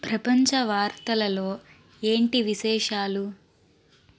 ప్రపంచ వార్తలలో ఏంటి విశేషాలు